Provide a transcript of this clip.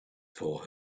for